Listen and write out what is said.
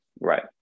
right